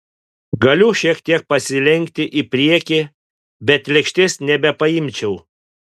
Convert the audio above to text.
galiu šiek tiek pasilenkti į priekį bet lėkštės nebepaimčiau